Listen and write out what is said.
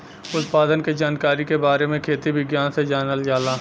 उत्पादन के जानकारी के बारे में खेती विज्ञान से जानल जाला